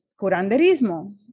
curanderismo